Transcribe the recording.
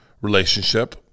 relationship